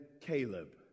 Caleb